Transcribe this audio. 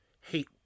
hate